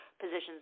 positions